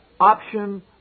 option